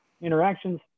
interactions